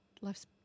life's